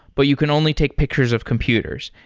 but you can only take pictures of computers,